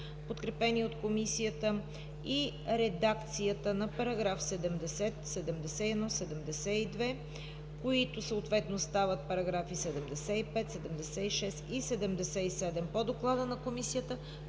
подкрепени от Комисията; редакцията на параграфи 70, 71, 72, които съответно стават параграфи 75, 76 и 77 по Доклада на Комисията;